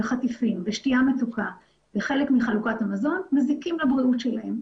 חטיפים ושתייה מתוקה כחלק מחלוקת המזון מזיקים לבריאות שלהם.